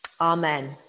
Amen